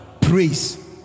Praise